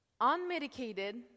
Unmedicated